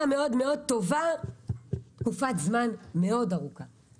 מאוד מאוד טובה תקופת זמן ארוכה מאוד.